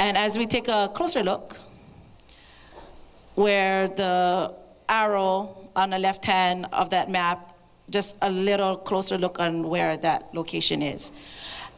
and as we take a closer look where our role on the left hand of that map just a little closer look on where that location is